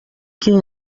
quem